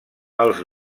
els